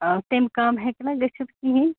تَمہِ کَم ہیٚکہِ نہ گٔژھِتھ کِہیٖنۍ